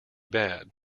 bad